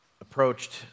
approached